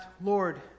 Lord